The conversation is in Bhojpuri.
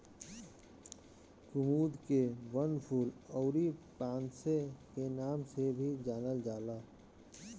कुमुद के वनफूल अउरी पांसे के नाम से भी जानल जाला